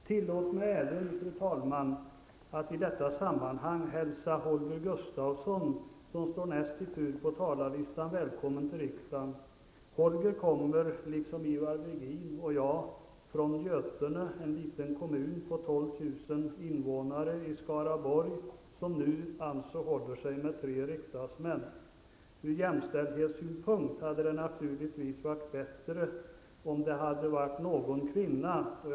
Tillåt mig även, fru talman, att i detta sammanhang hälsa Holger Gustafsson, som står näst i tur på talarlistan, välkommen till riksdagen. Holger kommer, liksom Ivar Virgin och jag, från Götene i invånare, som alltså håller sig med tre riksdagsmän. Ur jämställdhetssynpunkt hade det naturligtvis varit bättre om det hade varit någon kvinna från Götene.